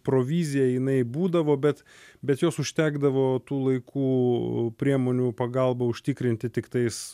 provizija jinai būdavo bet bet jos užtekdavo tų laikų priemonių pagalba užtikrinti tiktais